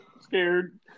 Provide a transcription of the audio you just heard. Scared